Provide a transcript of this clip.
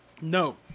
No